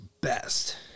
best